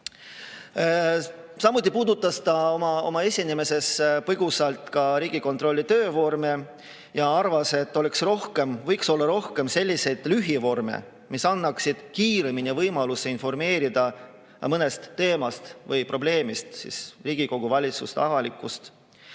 Samuti puudutas ta oma esinemises põgusalt Riigikontrolli töövorme ja arvas, et võiks olla rohkem selliseid lühivorme, mis annaksid kiiremini võimaluse informeerida mõnest teemast või probleemist Riigikogu, valitsust, avalikkust.